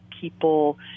people